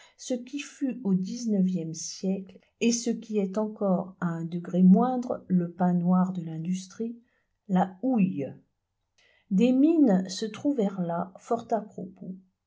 ce qui fut au dix-neuvième siècle et ce qui est encore à un degré moindre le pain noir de l'industrie la houille des mines se trouvèrent là fort à propos